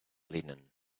linen